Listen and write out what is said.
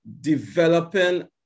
developing